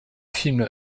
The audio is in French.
film